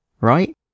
right